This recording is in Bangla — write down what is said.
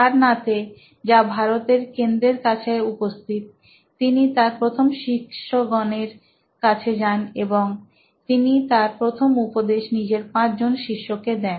সারনাথ এ যা ভারতের কেন্দ্রের কাছে উপস্থিত তিনি তার প্রথম শিষ্যগণের কাছে যান এবং তিনি তাঁর প্রথম উপদেশ নিজের 5 জন শিষ্যকে দেন